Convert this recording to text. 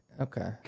okay